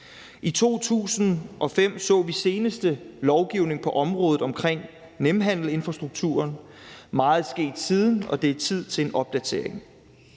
I 2005 så vi seneste lovgivning på området omkring Nemhandelsinfrastrukturen. Meget er sket siden, og det er tid til en opdatering.